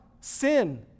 Sin